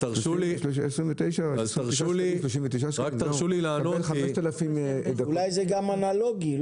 --- אתה מקבל 5,000 דקות --- אולי זה גם אנלוגי,